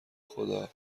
خدا